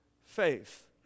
faith